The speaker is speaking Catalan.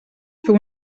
fer